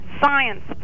science